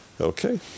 Okay